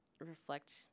reflect